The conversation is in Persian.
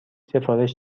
سفارش